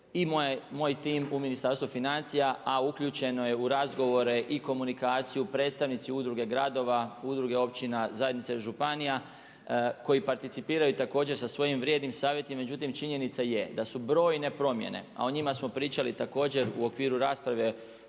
i moj tim u Ministarstvu financija, a uključeno je u razgovore i komunikaciju predstavnici Udruge gradova, Udruge općina, zajednice županija koji participiraju također sa svojim vrijednim savjetima, međutim činjenica je da su brojne promjene, a o njima smo pričali također u okviru rasprave